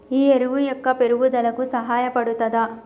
ఈ ఎరువు మొక్క పెరుగుదలకు సహాయపడుతదా?